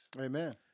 Amen